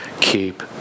Keep